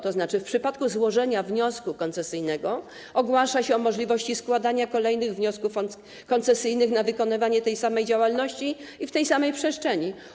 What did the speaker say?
To znaczy, że w przypadku złożenia wniosku koncesyjnego ogłasza się możliwość składania kolejnych wniosków koncesyjnych w sprawie wykonywania tej samej działalności w tej samej przestrzeni.